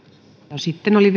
sitten oli